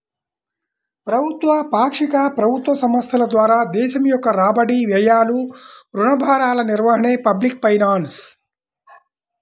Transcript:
ప్రభుత్వ, పాక్షిక ప్రభుత్వ సంస్థల ద్వారా దేశం యొక్క రాబడి, వ్యయాలు, రుణ భారాల నిర్వహణే పబ్లిక్ ఫైనాన్స్